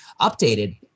updated